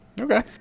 Okay